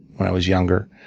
when i was younger,